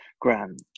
grand